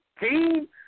Team